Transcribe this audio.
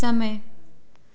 समय